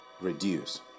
reduce